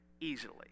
easily